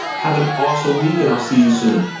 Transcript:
have an awesome week and i'll see you soon.